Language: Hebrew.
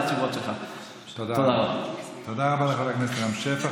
הכנסת רם שפע.